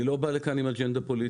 אני לא בא לכאן עם אג'נדה פוליטית.